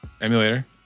Emulator